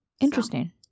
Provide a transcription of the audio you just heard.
interesting